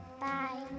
bye